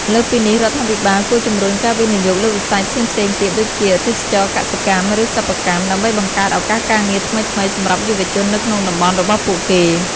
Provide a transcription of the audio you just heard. លើសពីនេះ រដ្ឋាភិបាលគួរជំរុញការវិនិយោគលើវិស័យផ្សេងៗទៀតដូចជា ទេសចរណ៍កសិកម្ម ឬសិប្បកម្ម ដើម្បីបង្កើតឱកាសការងារថ្មីៗសម្រាប់យុវជននៅក្នុងតំបន់របស់ពួកគេ។